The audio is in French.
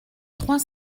trois